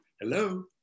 Hello